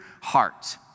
heart